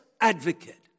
advocate